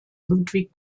ludwig